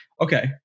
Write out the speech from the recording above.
okay